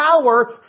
power